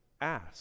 ask